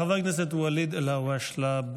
חבר הכנסת ואליד אלהואשלה,